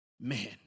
man